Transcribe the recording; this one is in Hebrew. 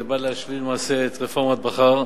זה בא להשלים, למעשה, את רפורמת בכר,